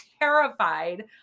terrified